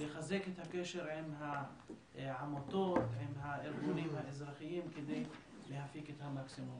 לחזק את הקשר עם העמותות ועם הארגונים האזרחיים כדי להפיק את המקסימום.